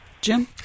Jim